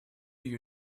you